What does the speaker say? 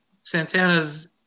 Santana's